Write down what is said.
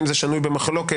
אם זה שנוי במחלוקת,